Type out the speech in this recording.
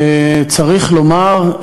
שצריך לומר,